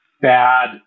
bad